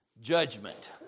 judgment